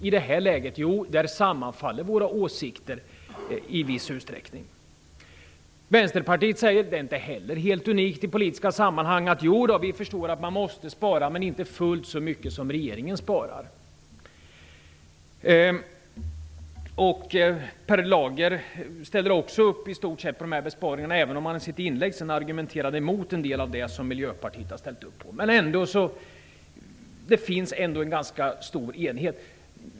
I det här läget sammanfaller dock våra åsikter i viss utsträckning. Vänsterpartisterna säger, vilket inte heller är helt unikt i politiska sammanhang, att de förstår att man måste spara men att man inte vill spara fullt så mycket som regeringen sparar. Också Per Lager ställer sig i stort sett bakom dessa besparingar, även om han i sitt inlägg argumenterade mot en del av det som Miljöpartiet har ställt upp på. Men det finns ändå en ganska stor enighet.